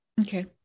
Okay